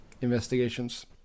investigations